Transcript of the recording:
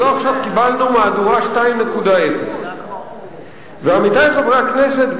עכשיו קיבלנו מהדורה 2.0. ועמיתי חברי הכנסת,